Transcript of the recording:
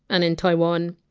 and in taiwan!